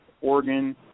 Oregon